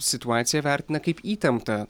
situaciją vertina kaip įtemptą